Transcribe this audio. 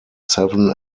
seven